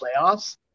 playoffs